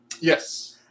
yes